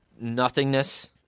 nothingness